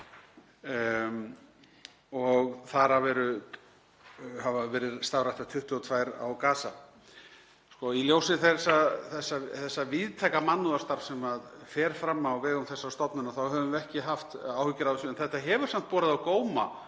og þar af hafa verið starfræktar 22 á Gaza. Í ljósi þessa víðtæka mannúðarstarf sem fer fram á vegum þessarar stofnunar þá höfum við ekki haft áhyggjur af þessu en þetta hefur samt borið á góma